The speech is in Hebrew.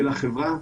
של החברה,